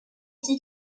qui